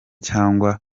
cyangwa